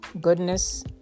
goodness